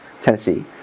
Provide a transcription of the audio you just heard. Tennessee